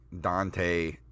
Dante